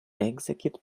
execute